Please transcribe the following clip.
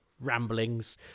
ramblings